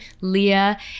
Leah